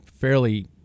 fairly